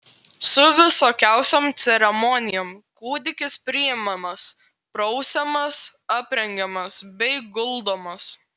su visokiausiom ceremonijom kūdikis priimamas prausiamas aprengiamas bei guldomas